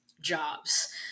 jobs